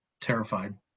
terrified